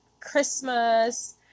Christmas